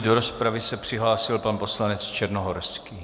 Do rozpravy se přihlásil pan poslanec Černohorský.